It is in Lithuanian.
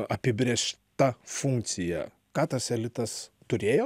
apibrėžta funkcija ką tas elitas turėjo